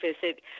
visit